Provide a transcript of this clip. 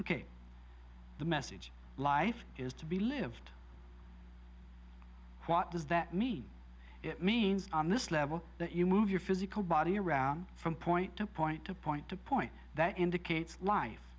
ok the message life is to be lived what does that mean it means on this level that you move your physical body around from point to point to point to point that indicates life